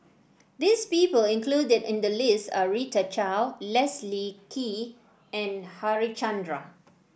this people included in the list are Rita Chao Leslie Kee and Harichandra